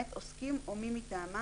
מאת עוסקים או מי מטעמם,